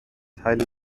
teil